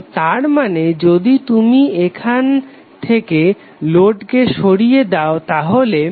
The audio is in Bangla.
তো তার মানে যদি তুমি এখান থেকে লোডকে সরিয়ে দাও তাহলে